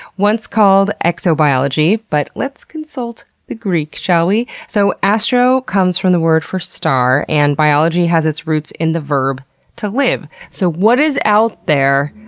once called exobiology, but let's consult the greek, shall we? so astro comes from the word for star and biology has its roots in the verb to live, so what is out there,